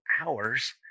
hours